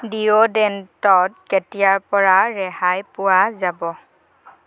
ডিঅ'ডেণ্টত কেতিয়াৰ পৰা ৰেহাই পোৱা যাব